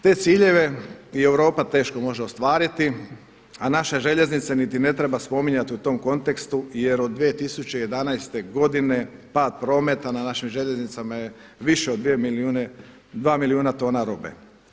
Te ciljeve i Europa teško može ostvariti a naše željeznice niti ne treba spominjati u tom kontekstu jer od 2011. godine pad prometa na našim željeznicama je više od 2 milijuna tona robe.